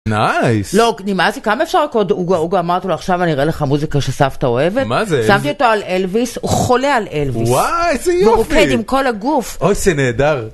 -נייס. -לא נמאס לי, כמה אפשר לרקוד עוגה עוגה? אמרת לו עכשיו אני אראה לך מוזיקה שסבתא אוהבת. -מה זה? איזה? -שמתי אותו על אלוויס, הוא חולה על אלוויס -וואי, איזה יופי -והוא רוקד עם כל הגוף. -אוי, זה נהדר